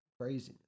craziness